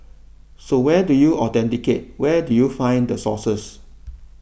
so where do you authenticate where do you find the sources